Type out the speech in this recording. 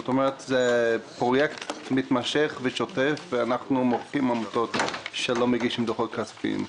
זה פרויקט מתמשך ושוטף ואנחנו מוחקים עמותות שלא מגישות דוחות כספיים.